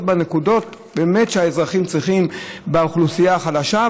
בנקודות שבאמת האזרחים צריכים באוכלוסייה החלשה.